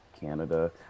Canada